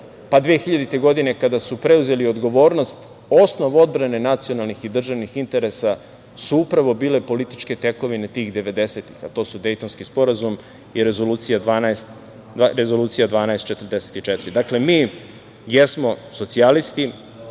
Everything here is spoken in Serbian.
pa 2000. godine kada su preuzeli odgovornost, osnov odbrane nacionalnih i državnih interesa su upravo bile političke tekovine tih 90-ih, a to su Dejtonski sporazum i Rezolucija 1244.Dakle, mi jesmo socijalisti,